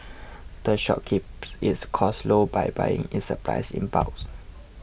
the shop keeps its costs low by buying its supplies in bulk